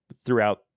throughout